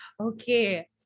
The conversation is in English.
okay